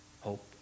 hope